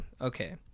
Okay